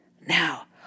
Now